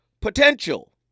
Potential